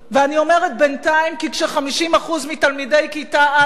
אני אומרת "בינתיים" כי כש-50% מתלמידי כיתה א'